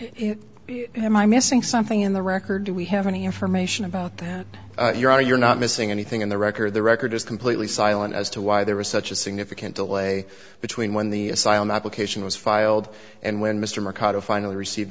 hearing am i missing something in the record do we have any information about that you are you're not missing anything in the record the record is completely silent as to why there was such a significant delay between when the asylum application was filed and when mr makoto finally received